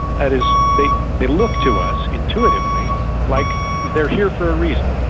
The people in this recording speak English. that is, they they look to us intuitively like they are here for a reason.